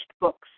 books